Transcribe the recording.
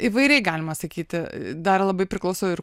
įvairiai galima sakyti dar labai priklauso ir